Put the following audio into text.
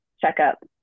checkup